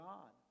God